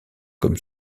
comme